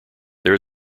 there